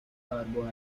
carbohydrate